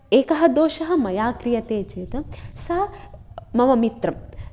एकः दोषः मया क्रियते चेत् सा मम मित्रम्